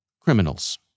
criminals